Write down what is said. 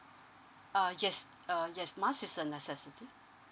uh yes uh yes mask is a necessity